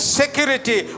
security